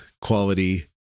quality